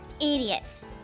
idiots